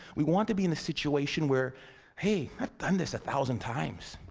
we want to be in a situation where hey, i've done this a thousand times.